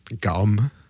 gum